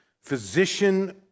physician